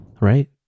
Right